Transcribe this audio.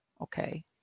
Okay